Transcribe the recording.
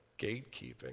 gatekeeping